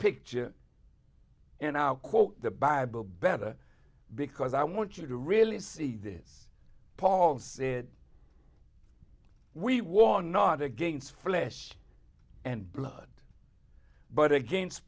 picture and i'll quote the bible better because i want you to really see this paul said we war not against flesh and blood but against